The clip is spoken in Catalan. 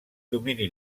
domini